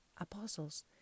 apostles